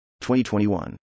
2021